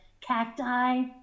cacti